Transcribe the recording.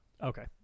Okay